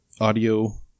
audio